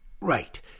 Right